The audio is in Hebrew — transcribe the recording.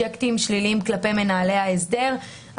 הראש היה לייצר אפשרות לתת סעד של עיכוב הליכים לכמה חודשים לקבוצת